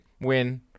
win